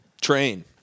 Train